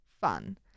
fun